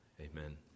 Amen